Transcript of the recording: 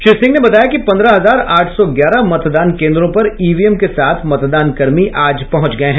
श्री सिंह ने बताया कि पंद्रह हजार आठ सौ ग्यारह मतदान केंद्रों पर ईवीएम के साथ मतदानकर्मी आज पहुंच गये हैं